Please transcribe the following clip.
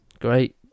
Great